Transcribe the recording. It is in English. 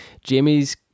Jamie's